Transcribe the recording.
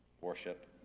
worship